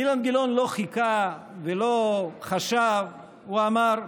אילן גילאון לא חיכה ולא חשב, הוא אמר: